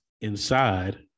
inside